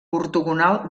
ortogonal